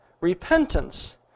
repentance